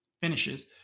finishes